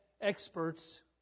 experts